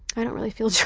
i don't really feel